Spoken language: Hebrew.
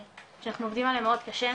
שאנחנו עובדים עליה מאוד קשה.